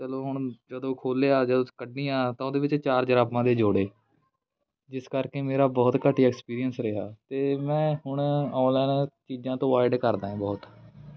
ਚਲੋ ਹੁਣ ਜਦੋਂ ਖੋਲ੍ਹਿਆ ਜਦੋਂ ਕੱਢੀਆਂ ਤਾਂ ਉਹਦੇ ਵਿੱਚ ਚਾਰ ਜਰਾਬਾਂ ਦੇ ਜੋੜੇ ਜਿਸ ਕਰਕੇ ਮੇਰਾ ਬਹੁਤ ਘਟੀਆ ਐਕਸਪੀਰੀਅੰਸ ਰਿਹਾ ਅਤੇ ਮੈਂ ਹੁਣ ਔਨਲਾਈਨ ਚੀਜ਼ਾਂ ਤੋਂ ਵੋਆਇਡ ਕਰਦਾ ਏ ਬਹੁਤ